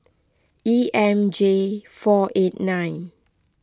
E M J four eight nine